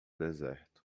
deserto